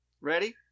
Ready